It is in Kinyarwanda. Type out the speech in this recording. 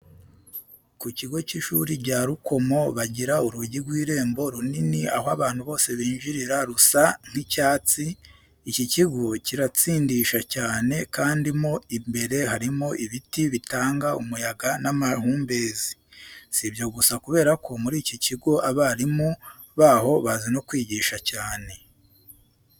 Ku kigo cy'ishuri cya Rukomo bagira urugi rw'irembo rinini aho abantu bose binjirira rusa nk'icyatsi. iki kigo kiratsindisha cyane kandi mo imbere harimo ibiti bitanga umuyaga n'amahumbezi. Si ibyo gusa kubera ko muri iki kigo abarimu baho bazi no kwigisha cyane.